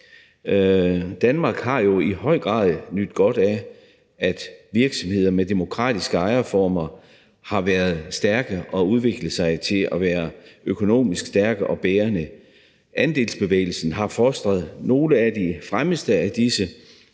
Danmark har jo i høj grad nydt godt af, at virksomheder med demokratiske ejerformer har været stærke og udviklet sig til at være økonomisk stærke og bærende. Andelsbevægelsen har fostret nogle af de fremmeste af disse,